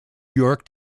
york